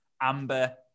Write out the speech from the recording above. Amber